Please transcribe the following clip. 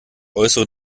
äußere